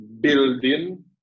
building